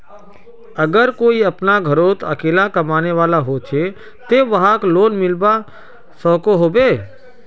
अगर कोई अपना घोरोत अकेला कमाने वाला होचे ते वाहक लोन मिलवा सकोहो होबे?